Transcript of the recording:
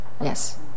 Yes